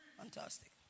Fantastic